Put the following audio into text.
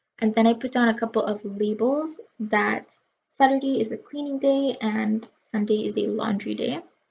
and then i put down a couple of labels that saturday is a cleaning day and sunday is a laundry day. ah